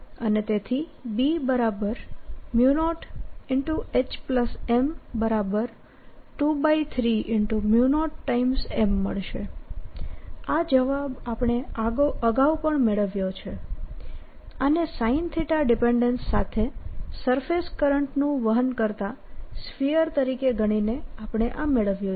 અને તેથી B0HM230M મળશે આ જવાબ આપણે અગાઉ પણ મેળવ્યો છે આને sinθ ડિપેન્ડેન્સ સાથે સરફેસ કરંટનું વહન કરતા સ્ફીયર તરીકે ગણીને આપણે આ મેળવ્યું છે